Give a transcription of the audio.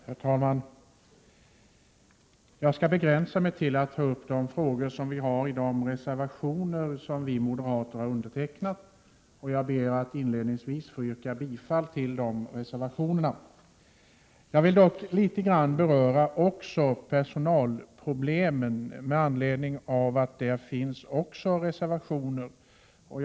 Herr talman! Jag skall begränsa mig till att ta upp de frågor som behandlas i de reservationer som vi moderater har ställt oss bakom. Jag ber inledningsvis att få yrka bifall till de reservationerna. Jag vill dock också något beröra personalproblemen med anledning av att det finns reservationer även på det området.